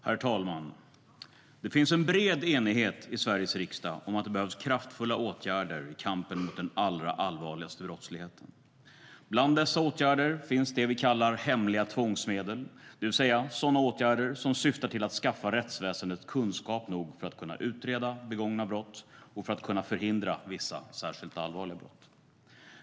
Herr talman! Det finns en bred enighet i Sveriges riksdag om att det behövs kraftfulla åtgärder i kampen mot den allra allvarligaste brottsligheten. Bland dessa åtgärder finns det vi kallar hemliga tvångsmedel, det vill säga sådana åtgärder som syftar till att skaffa rättsväsendet kunskap nog för att kunna utreda begångna brott och för att kunna förhindra vissa särskilt allvarliga brott.